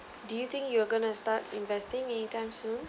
do you think you going to start investing any time soon